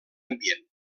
ambient